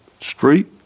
street